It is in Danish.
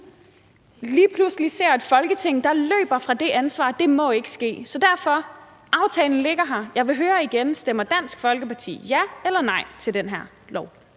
lige pludselig ser et Folketing, der løber fra det ansvar. Det må ikke ske. Derfor vil jeg høre igen: Aftalen ligger her, stemmer Dansk Folkeparti ja eller nej til det her